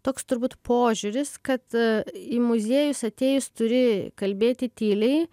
toks turbūt požiūris kad į muziejus atėjus turi kalbėti tyliai